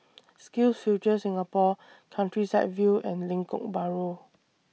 SkillsFuture Singapore Countryside View and Lengkok Bahru